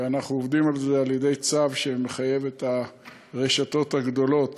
ואנחנו עובדים על זה על-ידי צו שמחייב את הרשתות הגדולות